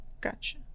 Gotcha